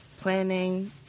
planning